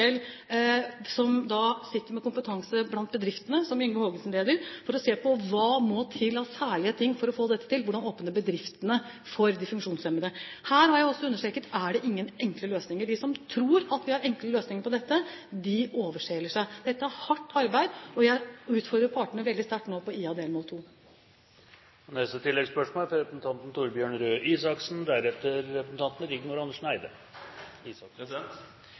som har kompetanse fra bedriftene, som Yngve Hågensen leder – for å se på hva som særskilt må til for å få dette til, og hvordan man åpner bedriftene for de funksjonshemmede. Her har jeg også understreket at det ikke er noen enkle løsninger. De som tror at vi har enkle løsninger på dette, overselger seg. Dette er hardt arbeid, og jeg utfordrer nå partene veldig sterkt på IA-avtalen, delmål 2. Torbjørn Røe Isaksen